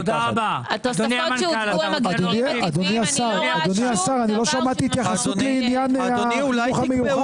אדוני השר, לא שמעתי התייחסות לחינוך המיוחד.